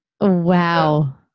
Wow